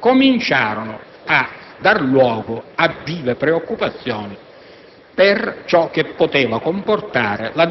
- cominciarono a dar luogo a vive preoccupazioni